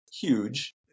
huge